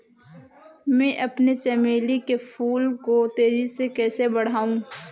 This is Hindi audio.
मैं अपने चमेली के फूल को तेजी से कैसे बढाऊं?